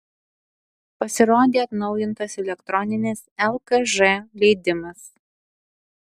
pasirodė atnaujintas elektroninis lkž leidimas